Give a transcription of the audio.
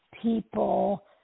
people